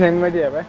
and radio